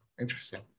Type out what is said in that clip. Interesting